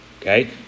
Okay